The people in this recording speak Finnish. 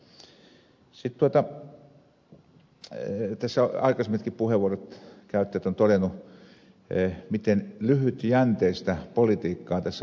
sitten tässä ovat aikaisemmatkin puheenvuoron käyttäjät todenneet miten lyhytjänteistä politiikkaa tässä harrastetaan